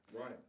Right